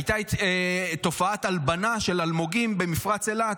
הייתה תופעת הלבנה של אלמוגים במפרץ אילת.